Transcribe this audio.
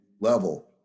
level